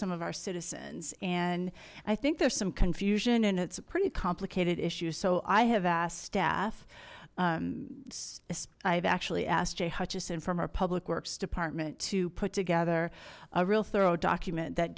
some of our citizens and i think there's some confusion and it's a pretty complicated issue so i have asked staff i've actually asked jay hutchison from our public works department to put together a real thorough document that